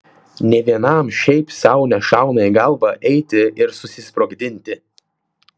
nė vienam šiaip sau nešauna į galvą eiti ir susisprogdinti